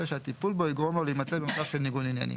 שהטיפול בו יגרום לו להימצא במצב של ניגוד עניינים.